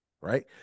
right